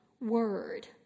word